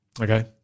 okay